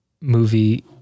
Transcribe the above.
movie